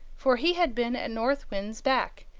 for he had been at north wind's back,